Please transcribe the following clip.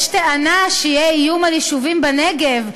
יש טענה שיהיה איום על יישובים בנגב,